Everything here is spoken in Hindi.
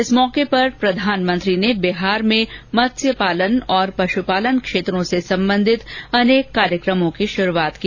इस अवसर पर प्रधानमंत्री ने बिहार में मत्स्य पालन और पश्पालन क्षेत्रों से संबंधित अनेक कार्यक्रमों की शुरूआत की